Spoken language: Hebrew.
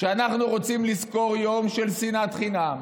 כשאנחנו רוצים לזכור יום של שנאת חינם,